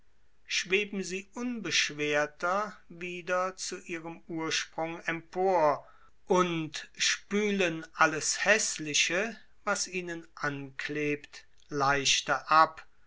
schweben sie unbeschwerter wieder zu ihrem ursprung empor und spülen alles häßliche was ihnen anklebt leichter ab